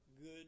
good